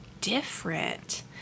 different